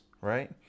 right